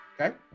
Okay